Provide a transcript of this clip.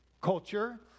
culture